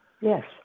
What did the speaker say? Yes